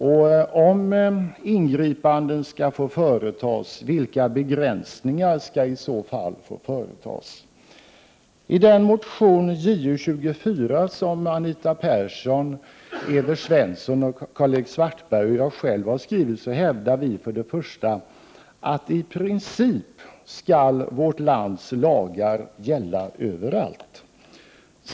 Och om ingripanden skall få företas, vilka begränsningar skall i så fall gälla? I den motion, Ju24, som Anita Persson, Evert Svensson, Karl-Erik Svartberg och jag själv har skrivit, hävdar vi för det första att vårt lands lagar i princip skall gälla överallt.